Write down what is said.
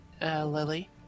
Lily